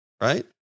Right